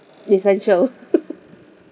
essential